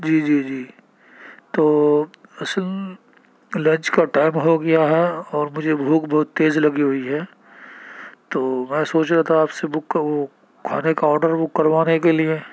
جی جی جی تو اصل لنچ کا ٹائم ہو گیا ہے اور مجھے بھوک بہت تیز لگی ہوئی ہے تو میں سوچ رہا تھا آپ سے بک وہ کھانے کا آرڈر بک کروانے کے لیے